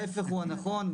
ההפך הוא הנכון.